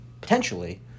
potentially